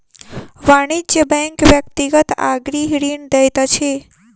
वाणिज्य बैंक व्यक्तिगत आ गृह ऋण दैत अछि